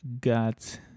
got